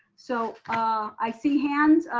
so i see hands.